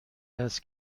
است